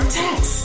text